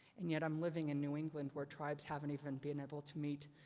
and yet i'm living in new england, where tribes haven't even been able to meet,